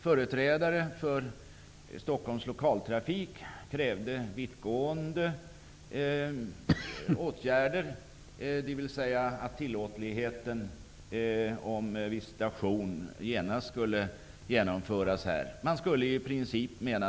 Företrädare för Stockholms Lokaltrafik krävde vittgående åtgärder, dvs. att visitation genast skulle bli tillåten.